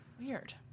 Weird